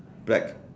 black